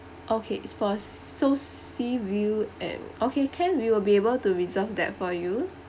okay it's for so sea view and okay can we will be able to reserve that for you